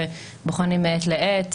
ובוחנים מעת לעת,